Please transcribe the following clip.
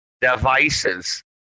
devices